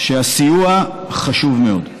שהסיוע חשוב מאוד.